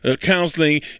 counseling